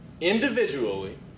individually